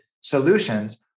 solutions